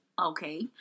Okay